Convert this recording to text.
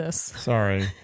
sorry